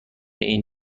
این